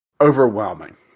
overwhelming